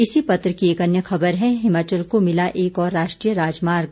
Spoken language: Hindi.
इसी पत्र की एक अन्य खबर है हिमाचल को मिला एक और राष्ट्रीय राजमार्ग